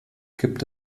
gibt